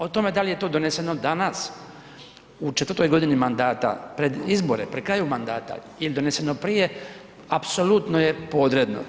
O tome da li je to doneseno danas u četvrtoj godini mandata, pred izbore pri kraju mandata ili je doneseno prije, apsolutno je podredno.